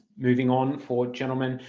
moving on for gentlemen,